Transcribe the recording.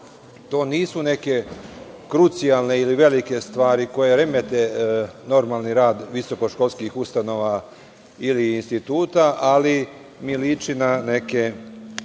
To nisu neke krucijalne ili velike stvari koje remete rad visoko-školskih ustanova ili instituta, ali mi liči na neke